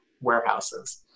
warehouses